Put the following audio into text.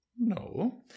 No